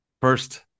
first